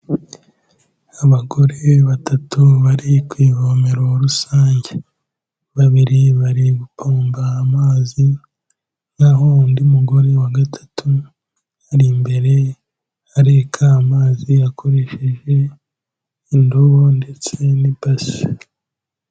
Abagore batatu bari ku ivomero rusange, babiri bari gupomba amazi na ho undi mugore wa gatatu ari imbere, areka amazi akoresheje indobo ndetse n'ibasi.